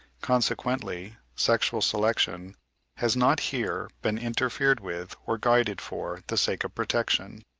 consequently, sexual selection has not here been interfered with or guided for the sake of protection.